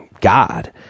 God